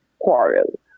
quarrel